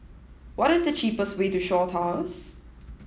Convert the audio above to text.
what is the cheapest way to Shaw Towers